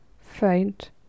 faint